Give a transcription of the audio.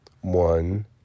one